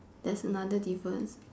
there's another difference